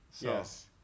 yes